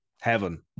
heaven